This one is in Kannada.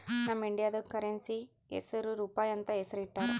ನಮ್ ಇಂಡಿಯಾದು ಕರೆನ್ಸಿ ಹೆಸುರ್ ರೂಪಾಯಿ ಅಂತ್ ಹೆಸುರ್ ಇಟ್ಟಾರ್